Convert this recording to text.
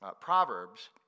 proverbs